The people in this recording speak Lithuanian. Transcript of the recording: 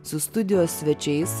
su studijos svečiais